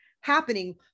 happening